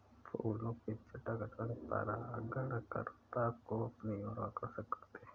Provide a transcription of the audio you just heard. फूलों के चटक रंग परागणकर्ता को अपनी ओर आकर्षक करते हैं